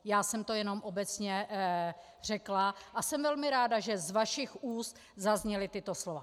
Já jsem to jen obecně řekla a jsem velmi ráda, že z vašich úst zazněla tato slova.